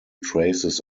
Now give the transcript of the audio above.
traces